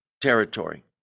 territory